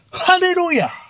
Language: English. Hallelujah